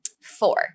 Four